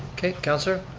okay, councilor?